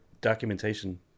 documentation